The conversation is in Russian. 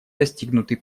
достигнутый